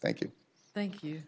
thank you thank you